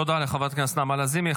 תודה לחברת הכנסת נעמה לזימי.